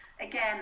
Again